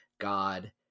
god